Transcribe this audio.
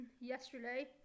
yesterday